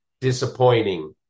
disappointing